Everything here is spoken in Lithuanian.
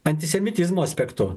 antisemitizmo aspektu